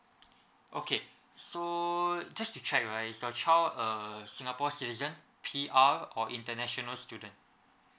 okay so just to check right is your child uh singapore citizen P_R or international student